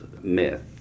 myth